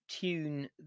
Tune